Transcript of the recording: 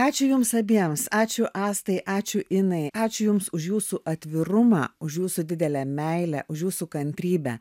ačiū jums abiems ačiū astai ačiū inai ačiū jums už jūsų atvirumą už jūsų didelę meilę už jūsų kantrybę